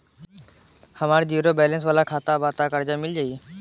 हमार zero balance वाला खाता बा त कर्जा मिल जायी?